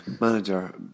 manager